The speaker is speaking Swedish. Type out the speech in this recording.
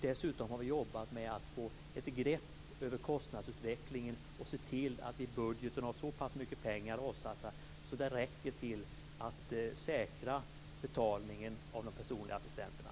Dessutom har vi arbetat med att få ett grepp om kostnadsutvecklingen och se till att vi i budgeten har så pass mycket pengar avsatta att de räcker till att säkra betalningen för de personliga assistenterna.